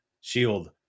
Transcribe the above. shield